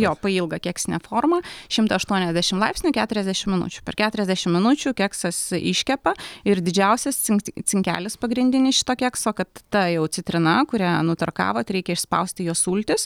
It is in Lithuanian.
jo pailgą keksinę formą šimtą aštuoniasdešim laipsnių keturiasdešim minučių per keturiasdešim minučių keksas iškepa ir didžiausias cink cinkelis pagrindinis šito kekso kad ta jau citrina kurią nutarkavot reikia išspausti jos sultis